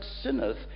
sinneth